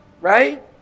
right